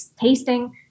tasting